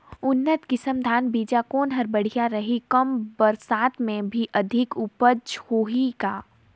उन्नत किसम धान बीजा कौन हर बढ़िया रही? कम बरसात मे भी अधिक उपज होही का?